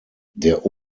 der